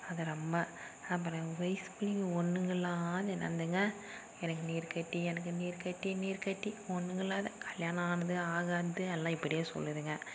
அது ரொம்ப அப்புறம் வயசு பிள்ளைங்க ஒன்றுங்கள்லான்னு என்னாந்துங்க எனக்கு நீர்க்கட்டி எனக்கு நீர்க்கட்டி நீர்க்கட்டி பொண்ணுங்களாது கல்யாணம் ஆனது ஆகாது எல்லா இப்படியே சொல்லுதுங்க